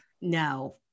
no